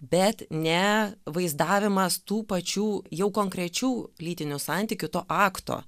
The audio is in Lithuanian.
bet ne vaizdavimas tų pačių jau konkrečių lytinių santykių to akto